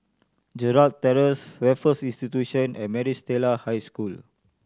Gerald Terrace Raffles Institution and Maris Stella High School